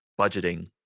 budgeting